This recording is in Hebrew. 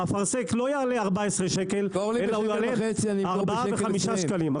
האפרסק לא יעלה 14 שקל אלא הוא יעלה ארבעה וחמישה שקלים.